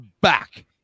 back